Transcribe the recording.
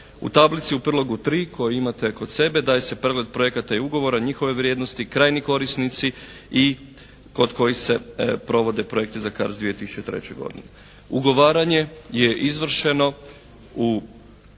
U tablici u prilogu 3 koji imate kod sebe daje se pregled projekata i ugovora, njihove vrijednosti, krajnji korisnici i kod kojih se provode projekti za CARDS 2003. godine. Ugovaranje je izvršeno i